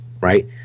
right